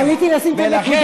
אז עלית לשים את הנקודה.